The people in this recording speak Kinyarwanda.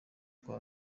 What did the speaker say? kwa